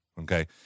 Okay